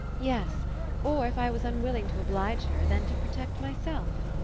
yes or, if i was unwilling to oblige her, then to protect myself.